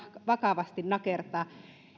vakavasti nakertaa